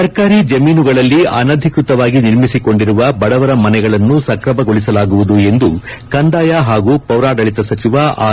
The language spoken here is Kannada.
ಸರ್ಕಾರಿ ಜಮೀನುಗಳಲ್ಲಿ ಅನಧಿಕೃತವಾಗಿ ನಿರ್ಮಿಸಿಕೊಂಡಿರುವ ಬಡವರ ಮನೆಗಳನ್ನು ಸಕ್ರಮಗೊಳಿಸಲಾಗುವುದು ಎಂದು ಕಂದಾಯ ಹಾಗೂ ಪೌರಾಡಳಿತ ಸಚಿವ ಆರ್